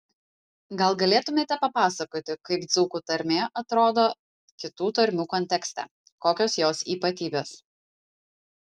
gal galėtumėte papasakoti kaip dzūkų tarmė atrodo kitų tarmių kontekste kokios jos ypatybės